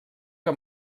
que